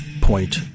Point